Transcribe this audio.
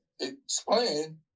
explain